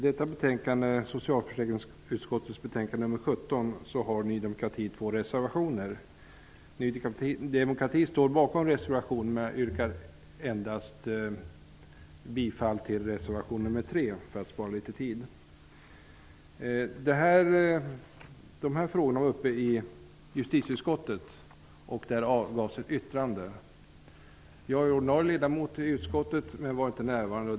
Herr talman! Till socialförsäkringsutskottets betänkande nr 17 har Ny demokrati fogat två reservationer. Vi i Ny demokrati står bakom dessa reservationer, men för att spara litet tid yrkar jag bifall endast till reservation nr 3. Dessa frågor har tagits upp i justitieutskottet, som har avgett ett yttrande. Jag är ordinarie ledamot i utskottet, men jag var då inte närvarande.